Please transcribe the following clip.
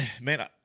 Man